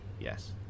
Yes